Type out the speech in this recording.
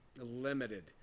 limited